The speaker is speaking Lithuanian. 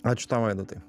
ačiū tau vaidotai